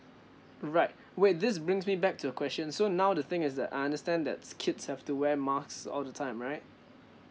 right wait this brings me back to the question so now the thing is that I understand that kids have to wear masks all the time right